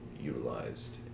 utilized